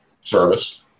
service